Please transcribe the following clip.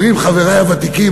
אומרים חברי הוותיקים,